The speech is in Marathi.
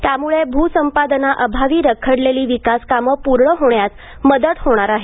त्यामुळे भूसंपादनाअभावी रखडलेली विकासकामे पूर्ण होण्यास मदत होणार आहे